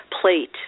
plate